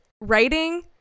writing